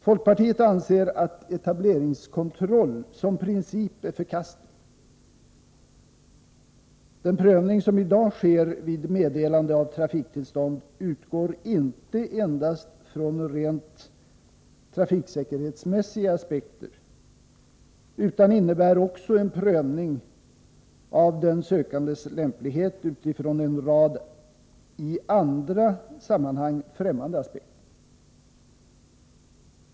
Folkpartiet anser att etableringskontroll som princip är förkastlig. Den prövning som i dag sker vid meddelande av trafiktillstånd utgår inte endast från rent trafiksäkerhetsmässiga aspekter utan innebär också en prövning av den sökandes lämplighet utifrån en rad i andra sammanhang främmande aspekter.